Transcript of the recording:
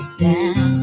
down